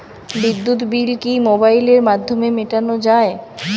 বিদ্যুৎ বিল কি মোবাইলের মাধ্যমে মেটানো য়ায়?